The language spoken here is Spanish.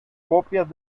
copias